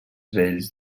vells